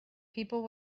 people